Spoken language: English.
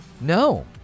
No